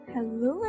Hello